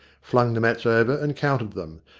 flung the mats over, and counted them.